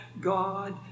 God